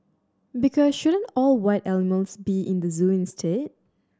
because shouldn't all wild animals be in the zoo instead